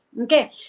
Okay